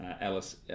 Alice